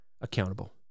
accountable